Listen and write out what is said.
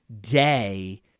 day